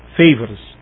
favors